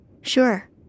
Sure